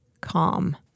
calm